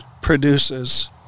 produces